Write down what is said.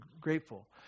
grateful